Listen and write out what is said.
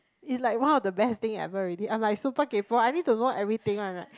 it's like one of the best thing ever ready I'm like super kaypoh I need to know everything one right